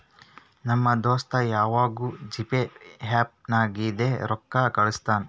ನಮ್ ದೋಸ್ತ ಯವಾಗ್ನೂ ಜಿಪೇ ಆ್ಯಪ್ ನಾಗಿಂದೆ ರೊಕ್ಕಾ ಕಳುಸ್ತಾನ್